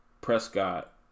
Prescott